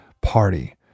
Party